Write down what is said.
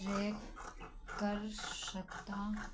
claim कर सकता